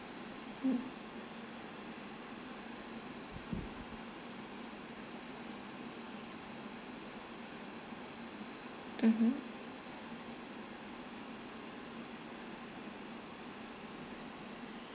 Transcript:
mm mmhmm